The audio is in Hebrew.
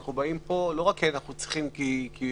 אנחנו באים לפה לא רק כי אנחנו צריכים כי הפרלמנט